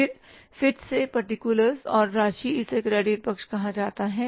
फिर फिर से पार्टिकुलर्स और राशि इसे क्रेडिट पक्ष कहा जाता है